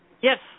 Yes